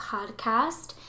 Podcast